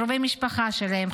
קרובי משפחה שלהם,